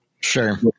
Sure